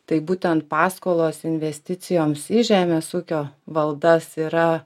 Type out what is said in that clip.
tai būtent paskolos investicijoms į žemės ūkio valdas yra